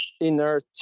inert